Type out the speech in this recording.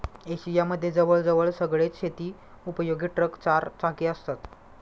Asia मध्ये जवळ जवळ सगळेच शेती उपयोगी ट्रक चार चाकी असतात